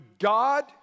God